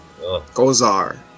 Gozar